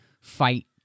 fight